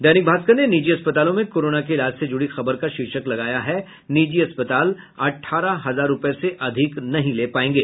दैनिक भास्कर ने निजी अस्पतालों में कोरोना के इलाज से जुड़ी खबर का शीर्षक लगाया है निजी अस्पताल अठारह हजार रूपये से अधिक नहीं ले पायेंगे